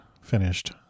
finished